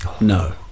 No